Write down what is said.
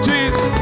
Jesus